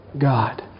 God